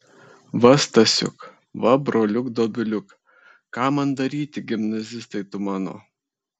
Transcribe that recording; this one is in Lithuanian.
va stasiuk va broliuk dobiliuk ką man daryti gimnazistai tu mano